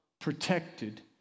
protected